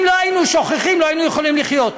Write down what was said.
אם לא היינו שוכחים, לא היינו יכולים לחיות.